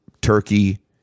turkey